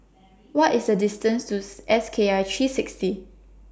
What IS The distance to S K I three sixty